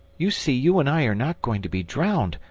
you see you and i are not going to be drowned,